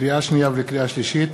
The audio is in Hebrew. לקריאה שנייה ולקריאה שלישית,